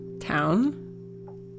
town